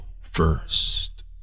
first